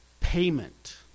payment